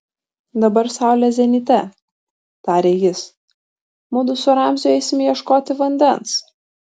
dabar saulė zenite tarė jis mudu su ramziu eisime ieškoti vandens